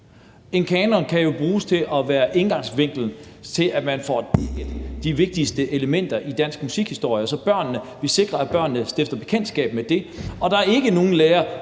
En kanon kan jo bruges til at være indgangen til, at man får indblik i de vigtigste elementer i dansk musikhistorie. På den måde sikrer vi, at børnene stifter bekendtskab med det, og vi sikrer også,